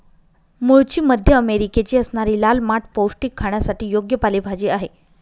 मूळची मध्य अमेरिकेची असणारी लाल माठ पौष्टिक, खाण्यासाठी योग्य पालेभाजी आहे